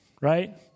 right